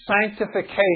sanctification